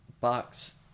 box